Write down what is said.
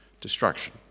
destruction